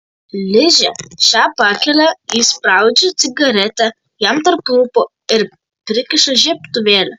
ližė šią pakelia įspraudžia cigaretę jam tarp lūpų ir prikiša žiebtuvėlį